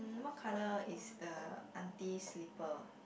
what colour is the auntie slipper